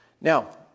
Now